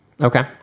Okay